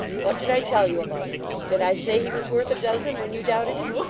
what did i tell you about him? did i say he was worth a dozen, when you doubted him